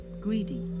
greedy